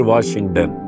Washington